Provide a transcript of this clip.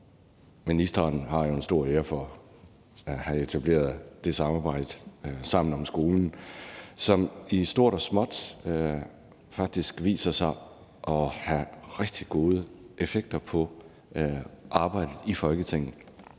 Ministeren har jo en stor ære for at have etableret samarbejdet Sammen om skolen, som i stort og småt faktisk viser sig at have rigtig gode effekter på arbejdet i Folketinget